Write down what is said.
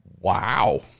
Wow